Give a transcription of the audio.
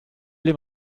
dem